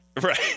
Right